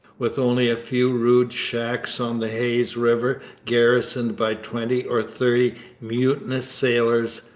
with only a few rude shacks on the hayes river garrisoned by twenty or thirty mutinous sailors,